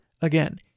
again